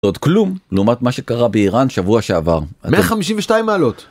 עוד כלום לעומת מה שקרה באיראן שבוע שעבר. 152 מעלות.